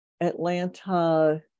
atlanta